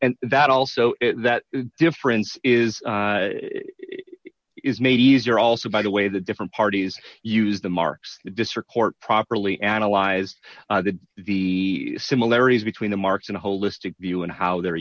and that also that difference is is made easier also by the way that different parties use the marks this report properly analyzed the similarities between the marks in a holistic view and how they're